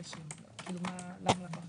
אנו מדברים על